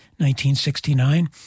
1969